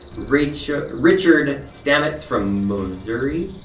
richard richard stamets from missouri?